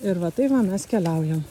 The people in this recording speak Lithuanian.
ir va tai va mes keliaujam